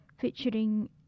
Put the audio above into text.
featuring